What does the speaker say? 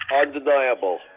Undeniable